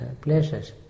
places